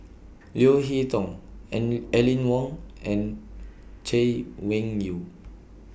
Leo Hee Tong and Aline Wong and Chay Weng Yew